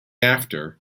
after